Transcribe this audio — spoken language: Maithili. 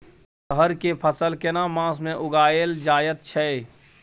रहर के फसल केना मास में उगायल जायत छै?